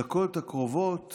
בדקות הקרובות